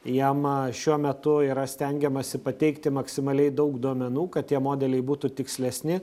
jiem šiuo metu yra stengiamasi pateikti maksimaliai daug duomenų kad tie modeliai būtų tikslesni